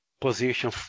position